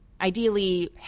Ideally